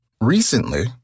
Recently